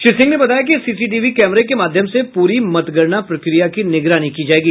श्री सिंह ने बताया कि सीसीटीवी कैमरे के माध्यम से पूरी मतगणना प्रक्रिया की निगरानी की जायेगी